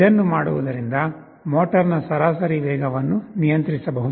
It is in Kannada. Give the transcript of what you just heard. ಇದನ್ನು ಮಾಡುವುದರಿಂದ ಮೋಟರ್ನ ಸರಾಸರಿ ವೇಗವನ್ನು ನಿಯಂತ್ರಿಸಬಹುದು